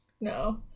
No